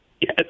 Yes